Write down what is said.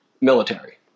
military